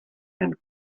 and